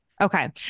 Okay